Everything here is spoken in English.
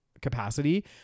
capacity